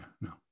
no